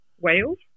wales